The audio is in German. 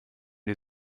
die